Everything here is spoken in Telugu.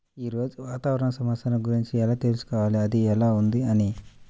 ఈరోజు వాతావరణ సమాచారం గురించి ఎలా తెలుసుకోవాలి అది ఎలా ఉంది అని?